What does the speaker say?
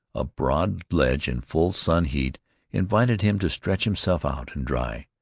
a broad ledge in full sun-heat invited him to stretch himself out and dry.